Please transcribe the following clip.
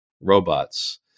robots